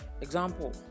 example